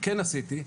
כן עשיתי,